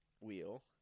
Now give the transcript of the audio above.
wheel